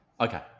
okay